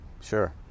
Sure